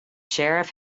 sheriff